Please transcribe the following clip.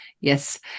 Yes